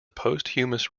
posthumous